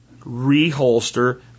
reholster